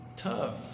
tough